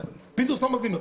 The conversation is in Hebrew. פינדרוס, לא מבין אותי.